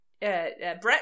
Brett